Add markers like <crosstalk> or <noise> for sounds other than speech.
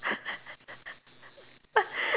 <laughs>